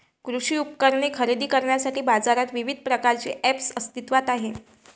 कृषी उपकरणे खरेदी करण्यासाठी बाजारात विविध प्रकारचे ऐप्स अस्तित्त्वात आहेत